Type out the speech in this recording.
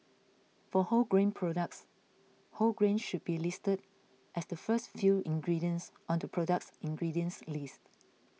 for wholegrain products whole grain should be listed as the first few ingredients on the product's ingredients list